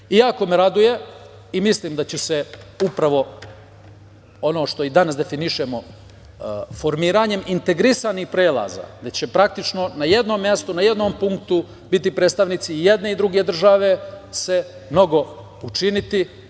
me raduje i mislim da će se upravo ono što i danas definišemo, formiranjem integrisanih prelaza, gde će praktično na jednom mestu, na jednom punktu biti predstavnici i jedne i druge države se mnogo učiniti